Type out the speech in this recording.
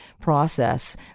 process